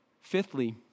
Fifthly